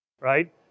right